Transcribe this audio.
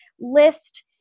list